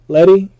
Letty